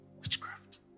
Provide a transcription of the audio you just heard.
witchcraft